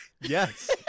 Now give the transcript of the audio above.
Yes